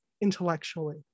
intellectually